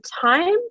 time